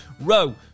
row